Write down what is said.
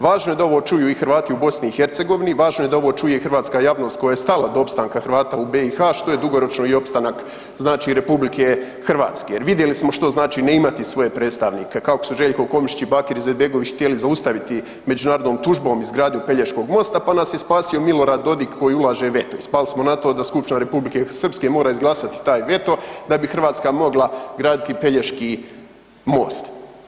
Važno je da ovo čuju i Hrvati u BiH, važno je da ovo čuje i hrvatska javnost kojoj je stalo do opstanka Hrvata u BiH što je dugoročno i opstanak znači RH jer vidjeli smo što znači ne imati svoje predstavnike kao što su Željko Komšić i Bakir Izetbegović htjeli zaustaviti međunarodnom tužbom izgradnju Pelješkog mosta pa nas je spasio Milorad Dodik koji ulaže veto i spali smo na to da skupština Republike Srpske mora izglasati taj veto da bi Hrvatska mogla graditi Pelješki most.